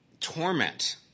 torment